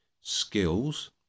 skills